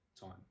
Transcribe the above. time